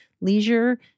leisure